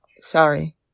Sorry